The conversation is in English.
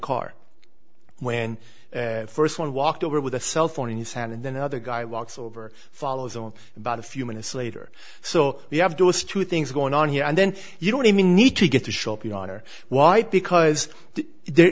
car when the first one walked over with a cell phone in his hand and then the other guy walks over follows on about a few minutes later so we have to do is two things going on here and then you don't even need to get to show your honor why because there